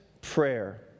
prayer